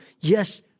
Yes